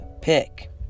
pick